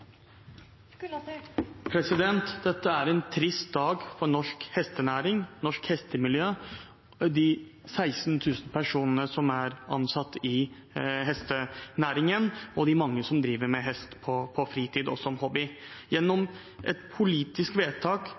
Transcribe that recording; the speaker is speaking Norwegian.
en trist dag for norsk hestenæring og norsk hestemiljø, for de 16 000 personene som er ansatt i hestenæringen, og de mange som driver med hest på fritiden og som hobby. Gjennom et politisk vedtak